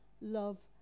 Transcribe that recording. love